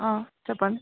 చెప్పండి